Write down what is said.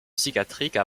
psychiatrique